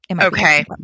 Okay